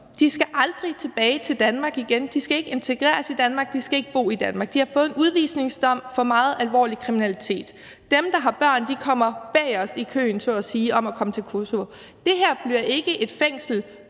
De skal aldrig tilbage til Danmark igen. De skal ikke integreres i Danmark, og de skal ikke bo i Danmark. De har fået en udvisningsdom for meget alvorlig kriminalitet, og dem, der har børn, kommer bagest i køen, så at sige, for at komme til Kosovo. Det her bliver ikke et fængsel